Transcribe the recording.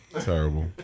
Terrible